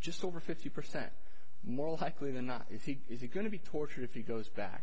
just over fifty percent more likely than not is he going to be tortured if he goes back